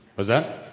was that?